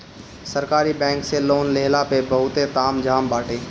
सरकारी बैंक से लोन लेहला पअ बहुते ताम झाम बाटे